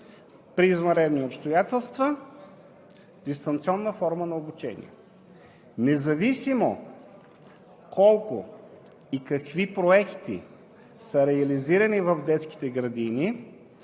при извънредни обстоятелства дистанционна форма на обучение. Независимо колко и какви проекти са реализирани в детските градини,